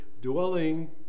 dwelling